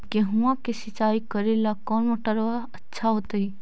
गेहुआ के सिंचाई करेला कौन मोटरबा अच्छा होतई?